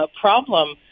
problem